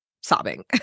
sobbing